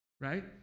right